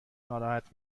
ناراحت